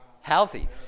Healthy